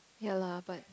ya lah but